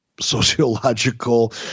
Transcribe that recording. sociological